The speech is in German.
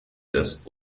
des